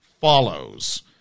follows